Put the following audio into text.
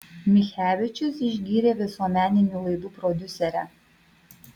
michevičius išgyrė visuomeninių laidų prodiuserę